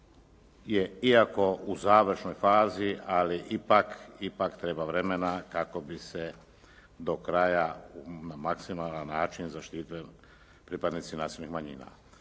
je iako u završnoj fazi, ali ipak treba vremena kako bi se do kraja na maksimalan način zaštitili pripadnici nacionalnih manjina.